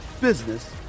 business